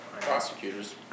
prosecutors